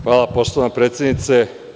Hvala poštovana predsednice.